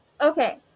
Okay